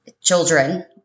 children